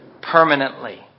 permanently